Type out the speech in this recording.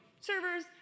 servers